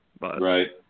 Right